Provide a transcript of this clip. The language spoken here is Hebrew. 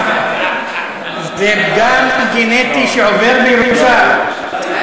זה פגם גנטי שעובר בירושה.